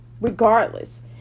regardless